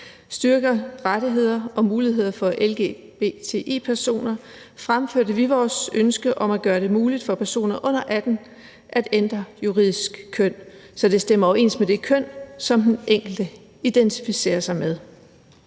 styrkede rettigheder og muligheder for LGBTI-personer « fremførte vi vores ønske om at gøre det muligt for personer under 18 år at ændre juridisk køn, så det stemmer overens med det køn, som den enkelte identificerer sig med.